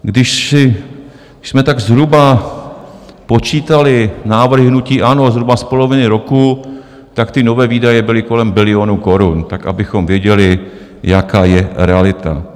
Když jsme tak zhruba počítali návrhy hnutí ANO zhruba z poloviny roku, nové výdaje byly kolem bilionu korun, tak abychom věděli, jaká je realita.